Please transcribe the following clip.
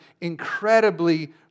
incredibly